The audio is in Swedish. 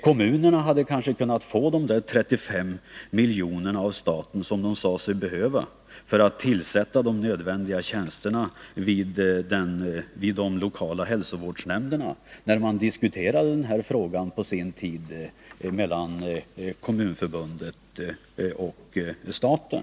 Kommunerna hade kanske kunnat få de 35 miljoner som de — när den här frågan på sin tid diskuterades mellan Kommunförbundet och staten — sade sig behöva för att tillsätta de nödvändiga tjänsterna vid de lokala hälsovårdsnämnderna.